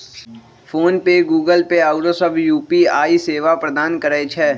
PhonePe, Google Pay आउरो सभ UPI सेवा प्रदान करै छै